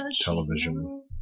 television